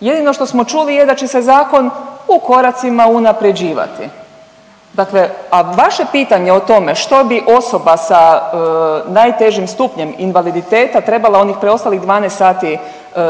Jedino što smo čuli je da će zakon u koracima unaprjeđivati. Dakle, a vaše pitanje o tome što bi osoba sa najtežim stupnjem invaliditeta treba onih preostalih 12 sati